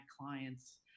clients